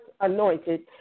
anointed